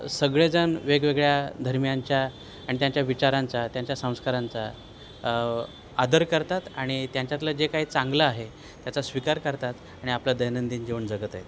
सगळेजण वेगवेगळ्या धर्मियांच्या आणि त्यांच्या विचारांचा त्यांच्या संस्कारांचा आदर करतात आणि त्यांच्यातलं जे काही चांगलं आहे त्याचा स्वीकार करतात आणि आपलं दैनंदिन जीवन जगत आहेत